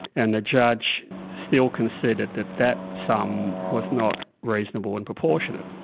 and the judge still considered that that sum was not reasonable and proportionate.